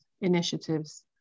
initiatives